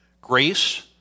grace